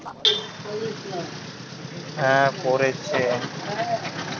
জমি জায়গার উপর লোক যে বীমা ইন্সুরেন্স করতিছে